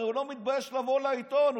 הרי הוא לא מתבייש לבוא לעיתון.